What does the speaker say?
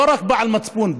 לא רק בעל מצפון,